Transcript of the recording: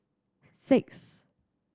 six